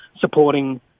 supporting